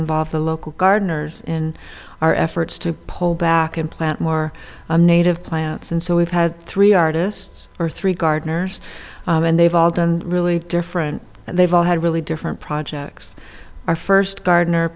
involve the local gardeners in our efforts to pull back and plant more native plants and so we've had three artists or three gardeners and they've all done really different they've all had really different projects our first gardener